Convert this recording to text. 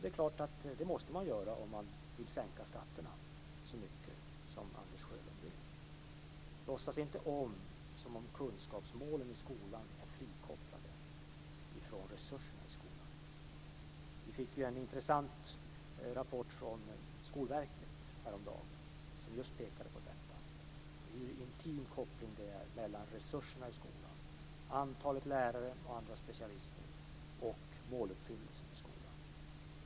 Det är klart att man måste göra det om man vill sänka skatterna så mycket som Anders Sjölund vill. Låtsas inte som att kunskapsmålen i skolan är frikopplade från resurserna i skolan! Häromdagen fick vi en intressant rapport från Skolverket där man just pekar på hur intim kopplingen är mellan resurserna i skolan, antalet lärare och andra specialister samt måluppfyllelsen i skolan.